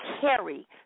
carry